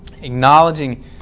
Acknowledging